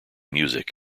music